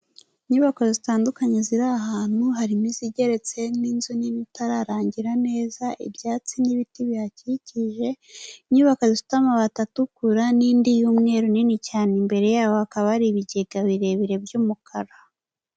Inyubako zitandukanye ziri ahantu harimo izigeretse n'inzu n'ibitararangira neza, ibyatsi n'ibiti bihakikije inyubako zifite amabati atukura n'indi y'umweru nini cyane, imbere yaho hakaba hari ibigega birebire by'umukara.